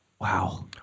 Wow